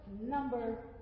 number